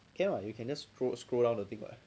can [what] you can just throw scroll down the thing [what]